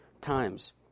times